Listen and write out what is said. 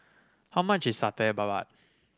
how much is Satay Babat